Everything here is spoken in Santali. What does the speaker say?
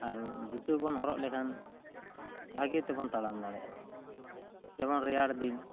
ᱟᱨ ᱡᱩᱛᱟᱹ ᱵᱚᱱ ᱦᱚᱨᱚᱜ ᱞᱮᱠᱷᱟᱱ ᱵᱷᱟᱜᱮ ᱛᱮᱵᱚᱱ ᱛᱟᱸᱲᱟᱢ ᱫᱟᱲᱮᱭᱟᱜᱼᱟ ᱡᱮᱢᱚᱱ ᱨᱮᱭᱟᱲ ᱫᱤᱱ